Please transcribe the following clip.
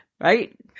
Right